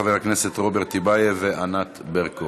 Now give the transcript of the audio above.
חבר הכנסת רוברט טיבייב וחברת הכנסת ענת ברקו.